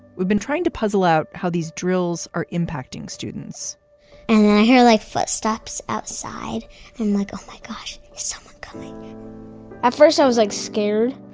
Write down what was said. we've been trying to puzzle out how these drills are impacting students and i hear like footsteps outside in like a like gosh, it's so coming at first i was, like, scared.